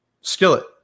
skillet